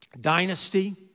dynasty